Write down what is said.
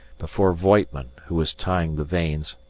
before voigtman, who was tying the veins,